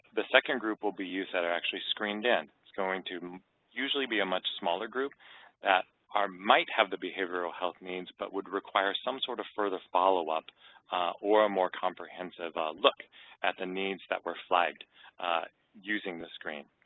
the second group will be youth that are actually screened in, going to usually be a much smaller group that might have the behavioral health needs, but would require some sort of further followup or a more comprehensive look at the needs that were flagged using the screen.